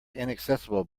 inaccessible